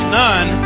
none